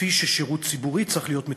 כפי ששירות ציבורי צריך להיות מתוקצב.